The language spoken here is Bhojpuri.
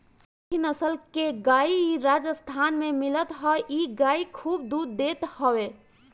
राठी नसल के गाई राजस्थान में मिलत हअ इ गाई खूब दूध देत हवे